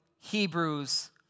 Hebrews